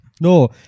No